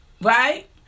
Right